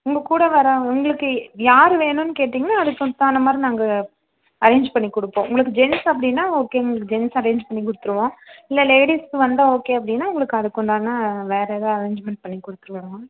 உங்கள் கூட வர்ற உங்களுக்கு யார் வேணும்ன்னு கேட்டிங்கன்னால் அதுக்கு தகுந்த மாதிரி நாங்கள் அரேஞ்ச் பண்ணிக் கொடுப்போம் உங்களுக்கு ஜென்ஸ் அப்படின்னா ஓகே உங்களுக்கு ஜென்ஸ் அரேஞ்ச் பண்ணிக் கொடுத்துருவோம் இல்லை லேடீஸ் வந்தால் ஓகே அப்படின்னா உங்களுக்கு அதுக்குண்டான வேறு ஏதாவது அரேஞ்ச்மெண்ட் பண்ணி கொடுத்துருவோங்க மேம்